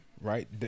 right